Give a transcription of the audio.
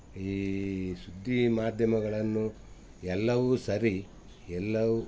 ಈ ಸುದ್ದಿ ಮಾಧ್ಯಮಗಳನ್ನು ಎಲ್ಲವು ಸರಿ ಎಲ್ಲವು